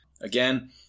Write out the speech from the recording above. Again